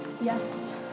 Yes